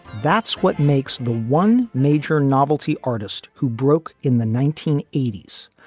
that's what makes the one major novelty artist who broke in the nineteen eighty s,